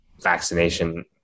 vaccination